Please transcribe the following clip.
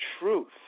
truth